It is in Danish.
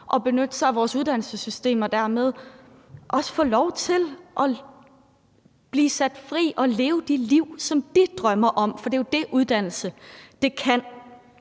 at benytte sig af vores uddannelsessystem og dermed også får lov til at blive sat fri og leve det liv, som de drømmer om. For det er jo det, uddannelse kan.